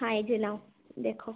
হ্যাঁ এই যে নাও দেখো